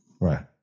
Right